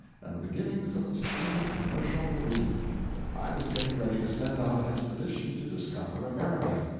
and the beginnings of a steam commercial marine i was getting ready to send out an expedition to discover america.